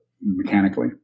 mechanically